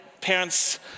parents